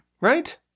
right